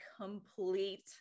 complete